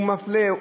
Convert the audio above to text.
הוא מפלה,